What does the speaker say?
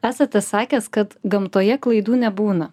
esate sakęs kad gamtoje klaidų nebūna